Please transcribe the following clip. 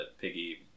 piggy